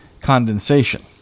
condensation